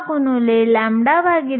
05 electron volt असते